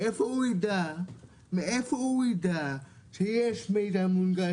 מאיפה הוא יידע שיש מידע מונגש?